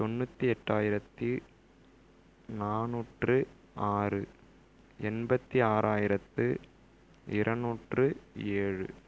தொண்ணூற்றி எட்டாயிரத்தி நானூற்று ஆறு எண்பத்தி ஆறாயிரத்து இரநூற்று ஏழு